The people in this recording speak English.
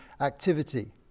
activity